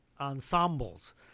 ensembles